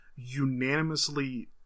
unanimously